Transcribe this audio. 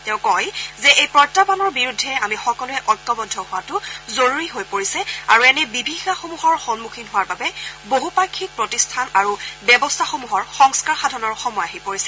তেওঁ কয় যে এই প্ৰত্যাহানৰ বিৰুদ্ধে আমি সকলোৱে ঐক্যবদ্ধ হোৱাটো জৰুৰী হৈ পৰিছে আৰু এনে বিভীযিকাসমূহৰ সন্মুখীন হোৱাৰ বাবে বহুপাক্ষিক প্ৰতিষ্ঠান আৰু ব্যৱস্থাসমূহৰ সংস্থাৰ সাধনৰ সময় আহি পৰিছে